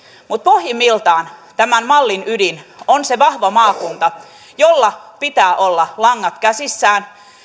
mutta pohjimmiltaan tämän mallin ydin on se vahva maakunta jolla pitää olla langat käsissään